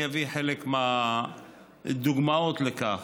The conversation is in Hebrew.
אני אביא חלק מהדוגמאות לכך: